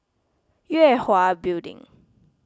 Yue Hwa Building